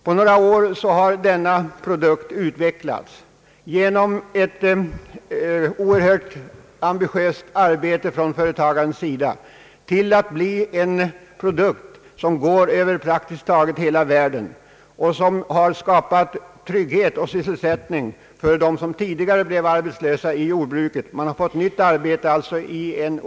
På några år har denna produkt genom ett ambitiöst arbete från företagarens sida utvecklats så att den nu går över praktiskt taget hela världen. Detta har skapat trygghet och sysselsättning för dem som tidigare blev arbetslösa i jordbruket, och man har fått nytt arbete i orten.